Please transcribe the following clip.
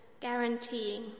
guaranteeing